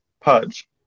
Pudge